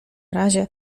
razie